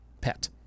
Pet